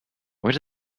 where